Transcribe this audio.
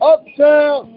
Uptown